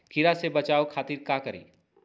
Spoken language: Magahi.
कीरा से बचाओ खातिर का करी?